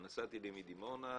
נסעתי מדימונה,